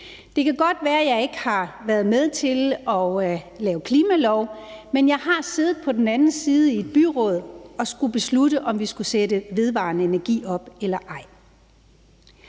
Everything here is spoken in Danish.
Det kan godt være, at jeg ikke har været med til at lave klimalov, men jeg har siddet på den anden side i et byråd og skullet beslutte, om vi skulle sætte vedvarende energi op eller ej.